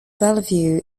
bellevue